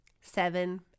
seven